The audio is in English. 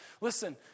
Listen